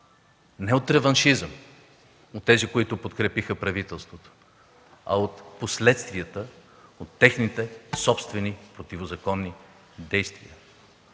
Не от реваншизъм, от тези, които подкрепиха правителството, а от последствията на техните собствени противозаконни действия.